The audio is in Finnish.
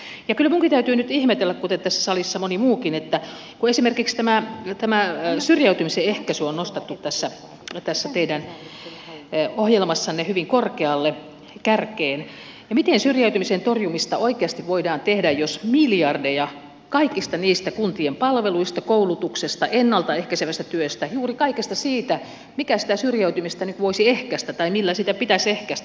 ja kyllä minunkin täytyy nyt ihmetellä kuten tässä salissa moni muukin on ihmetellyt sitä että kun esimerkiksi tämä syrjäytymisen ehkäisy on nostettu tässä teidän ohjelmassanne hyvin korkealle kärkeen niin miten syrjäytymisen torjumista oikeasti voidaan tehdä jos miljardeja leikataan kaikista niistä kuntien palveluista koulutuksesta ennalta ehkäisevästä työstä juuri kaikesta siitä mikä sitä syrjäytymistä voisi ehkäistä tai millä sitä pitäisi ehkäistä